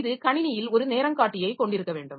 இது கணினியில் ஒரு நேரங்காட்டியைக் கொண்டிருக்க வேண்டும்